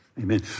Amen